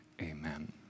amen